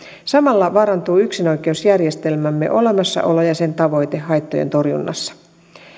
samalla vaarantuu yksinoikeusjärjestelmämme olemassaolo ja sen tavoite haittojen torjunnassa